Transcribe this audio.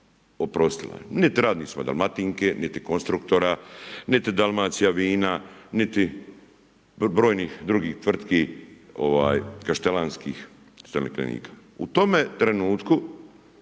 oprostila. Niti radnicima Dalmatinke, niti Konstruktora, niti Dalmacijavina, niti brojnih drugih tvrtki kaštelanskih .../Govornik